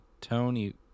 Tony